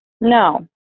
No